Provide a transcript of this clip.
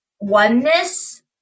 oneness